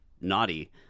naughty